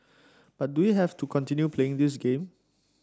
but do we have to continue playing this game